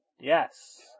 Yes